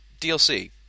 DLC